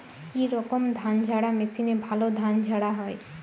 কি রকম ধানঝাড়া মেশিনে ভালো ধান ঝাড়া হয়?